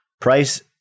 price